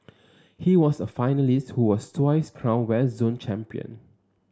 he was a finalist who was twice crowned West Zone Champion